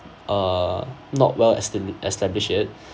uh not well estab~ established yet